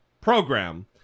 program